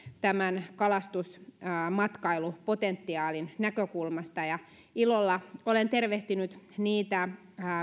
kalastusmatkailupotentiaalin näkökulmasta ilolla olen tervehtinyt niitä